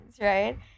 right